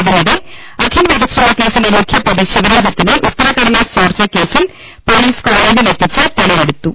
അതിനിടെ അഖിൽ വധശ്രമക്കേസിലെ മുഖ്യപ്രതി ശിവരഞ്ജിത്തിനെ ഉത്തരകടലാസ് ചോർച്ചകേസിൽ പൊലീസ് കോളേജിലെത്തിച്ച് തെളി വെടുത്തു